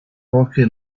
poche